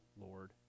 Lord